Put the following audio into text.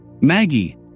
Maggie